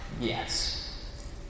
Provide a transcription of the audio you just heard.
Yes